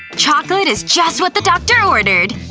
chocolate is just what the doctor ordered.